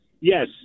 yes